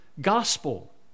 gospel